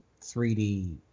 3D